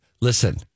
listen